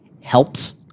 helps